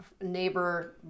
neighbor